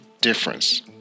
difference